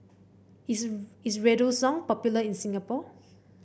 is is Redoxon popular in Singapore